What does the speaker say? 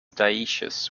dioecious